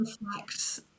reflect